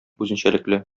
үзенчәлекле